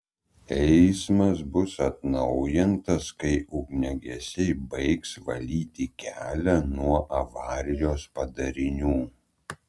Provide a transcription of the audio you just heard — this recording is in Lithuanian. eismas bus atnaujintas kai ugniagesiai baigs valyti kelią nuo avarijos padarinių